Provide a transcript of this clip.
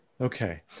Okay